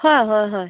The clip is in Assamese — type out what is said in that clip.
হয় হয় হয়